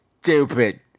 stupid